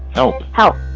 help help.